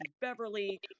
Beverly